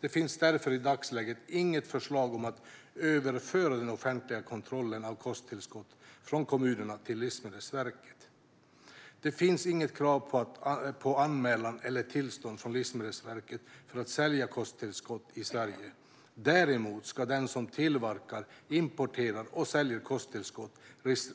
Det finns därför i dagsläget inget förslag om att överföra den offentliga kontrollen av kosttillskott från kommunerna till Livsmedelsverket. Det finns inget krav på anmälan hos eller tillstånd från Livsmedelsverket för att sälja kosttillskott i Sverige. Däremot ska den som tillverkar, importerar och säljer kosttillskott